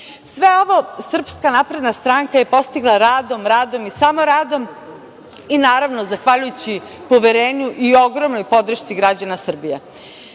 Niškog regiona. Sve ovo SNS je postigla radom, radom i samo radom i naravno zahvaljujući poverenju i ogromnoj podršci građana Srbije.